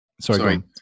Sorry